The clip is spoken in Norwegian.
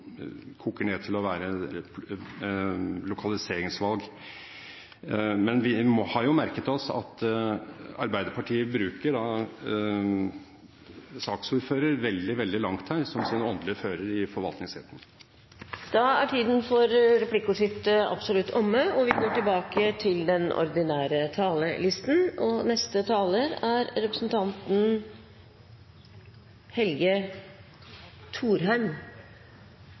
koker ned til å være lokaliseringsvalg. Men vi har jo merket oss at Arbeiderpartiet bruker saksordføreren veldig, veldig langt her som en slags åndelig fører i forvaltningsretten. Replikkordskiftet er da absolutt omme. Jeg vil også først berømme saksordføreren for et svært stort og